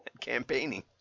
campaigning